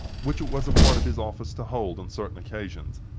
which it was a part of his office to hold on certain occasions,